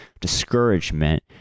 discouragement